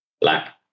Black